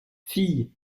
fille